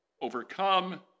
overcome